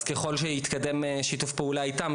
אז ככל שיתקדם שיתוף פעולה איתם,